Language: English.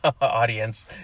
audience